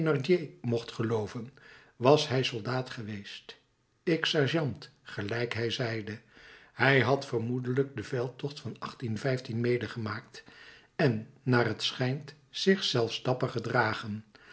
mocht gelooven was hij soldaat geweest ik sergeant gelijk hij zeide hij had vermoedelijk den veldtocht van medegemaakt en naar het schijnt zich zelfs dapper gedragen